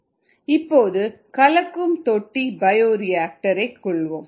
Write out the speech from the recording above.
rnet ri ro rg rcdmdt இப்போது கலக்கும் தொட்டி பயோரியாக்டர் ஐ கொள்வோம்